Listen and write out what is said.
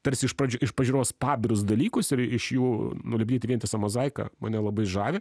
tarsi iš pradžių iš pažiūros pabirus dalykus ir iš jų nulipdyti vientisą mozaiką mane labai žavi